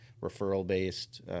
Referral-based